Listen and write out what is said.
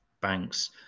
banks